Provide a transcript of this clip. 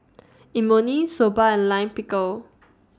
Imoni Soba and Lime Pickle